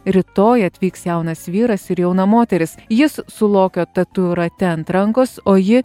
rytoj atvyks jaunas vyras ir jauna moteris jis su lokio tatuiruote ant rankos o ji